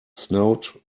snowed